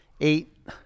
eight